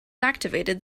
activated